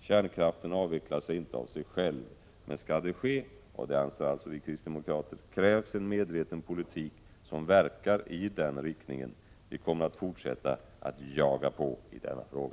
Kärnkraften avvecklar sig inte av sig själv, man skall det ske — och det anser alltså vi kristdemokrater — krävs en medveten politik som verkar i den riktningen. Vi kommer att fortsätta att driva på i denna fråga.